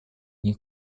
них